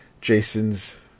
Jason's